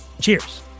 Cheers